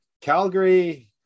Calgary